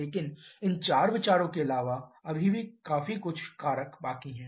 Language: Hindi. लेकिन इन चार विचारों के अलावा अभी भी काफी कुछ कारक बाकी हैं